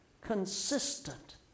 consistent